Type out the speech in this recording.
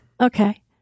Okay